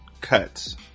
cuts